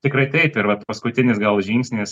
tikrai taip ir vat paskutinis gal žingsnis